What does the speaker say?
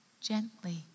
gently